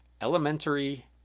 Elementary